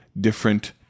different